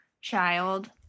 child